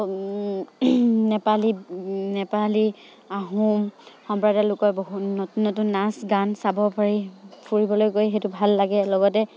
নেপালী নেপালী আহোম সম্প্ৰদায়ৰ লোকৰ বহুত নতুন নতুন নাচ গান চাব পাৰি ফুৰিবলৈ গৈ সেইটো ভাল লাগে লগতে